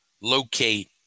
locate